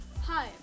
Hi